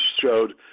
showed